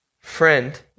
Friend